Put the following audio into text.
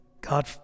God